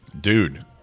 Dude